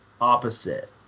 opposite